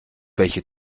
welche